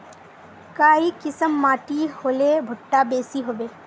काई किसम माटी होले भुट्टा बेसी होबे?